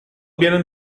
vienen